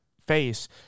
face